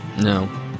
no